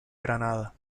granada